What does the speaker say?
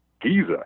Giza